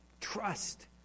Trust